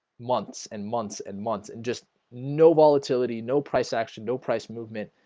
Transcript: months and months and months and just no volatility no price action. no price movement.